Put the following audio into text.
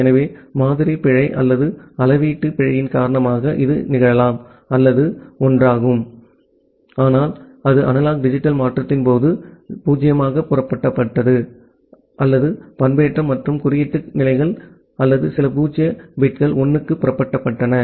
எனவே மாதிரி பிழை அல்லது அளவீட்டு பிழையின் காரணமாக இது நிகழலாம் அல்லது அது ஒன்றாகும் ஆனால் இது அனலாக் டிஜிட்டல் மாற்றத்தின் போது 0 ஆக புரட்டப்பட்டது அல்லது பண்பேற்றம் மற்றும் குறியீட்டு நிலைகள் அல்லது சில பூஜ்ஜிய பிட்கள் 1 க்கு புரட்டப்பட்டன